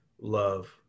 love